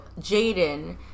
Jaden